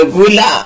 gula